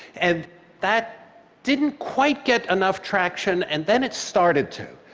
and that didn't quite get enough traction, and then it started to.